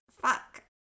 Fuck